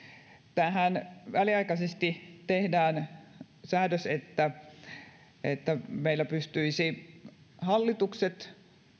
tähän väliaikaisesti tehdään säädös niin että meillä pystyisivät hallitukset